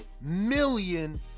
million